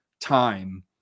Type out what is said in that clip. time